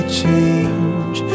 change